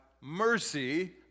mercy